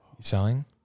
selling